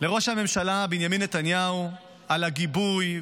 לראש הממשלה בנימין נתניהו על הגיבוי,